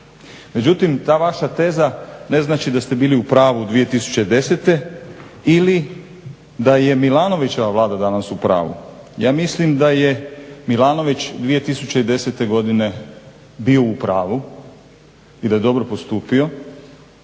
Međutim, ta vaša teza ne znači da ste bili u pravu 2010. ili da je Milanovićeva Vlada danas u pravu. Ja mislim da je Milanović 2010. godine bio u pravu i da je dobro postupio.